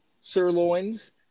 sirloins